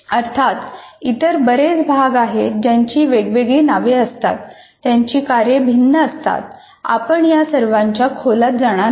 अर्थात इतर बरेच भाग आहेत ज्यांची वेगवेगळी नावे असतात त्यांची कार्ये भिन्न असतात आपण या सर्वांच्या खोलात जाणार नाही